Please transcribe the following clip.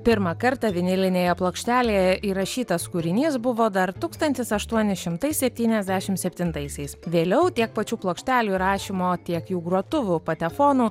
pirmą kartą vinilinėje plokštelėje įrašytas kūrinys buvo dar tūkstantis aštuoni šimtai septyniasdešimt septintaisiais vėliau tiek pačių plokštelių įrašymo tiek jų grotuvų patefonų